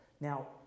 Now